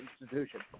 institution